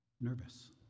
nervous